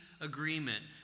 agreement